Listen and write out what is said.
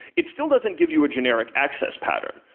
it still doesn't give you a generic access pattern,